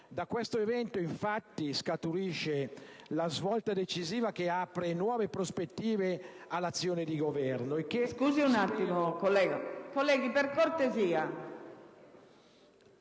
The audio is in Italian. Da questo evento, infatti, scaturisce la svolta decisiva che apre nuove prospettive all'azione di governo